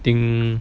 think